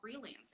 freelancing